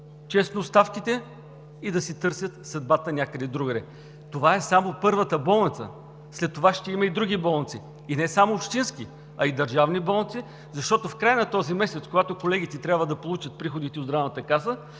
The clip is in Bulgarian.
честно оставките и да си търсят съдбата някъде другаде. Това е само първата болница, след това ще има и други болници, и не само общински, а и държавни болници, защото в края на този месец, когато колегите трябва да получат приходите от Здравната каса,